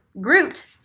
Groot